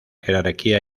jerarquía